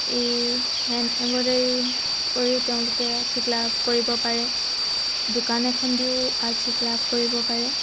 এই hand embroidery কৰিও তেওঁলোকে ঠিক লাভ কৰিব পাৰে দোকান এখন দিও অৰ্থিক লাভ কৰিব পাৰে